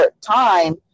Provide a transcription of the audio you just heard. time